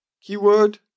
keyword